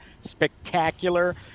spectacular